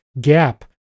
gap